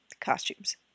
costumes